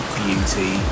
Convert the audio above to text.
beauty